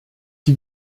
die